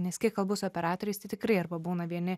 nes kiek kalbu su operatoriais tai tikrai arba būna vieni